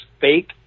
fake